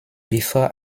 before